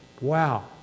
wow